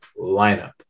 lineup